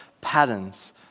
patterns